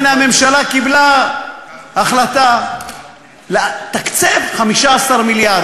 הנה, הממשלה קיבלה החלטה לתקצב ב-15 מיליארד.